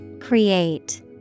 Create